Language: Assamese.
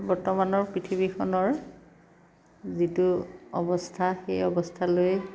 বৰ্তমানৰ পৃথিৱীখনৰ যিটো অৱস্থা সেই অৱস্থালৈয়ে